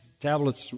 tablets